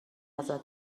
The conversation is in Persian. ازت